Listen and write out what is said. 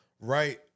right